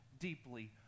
deeply